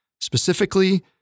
specifically